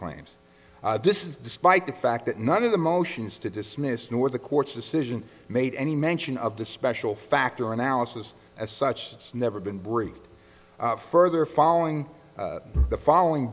claims this is despite the fact that none of the motions to dismiss nor the court's decision made any mention of the special factor analysis as such has never been briefed further following the following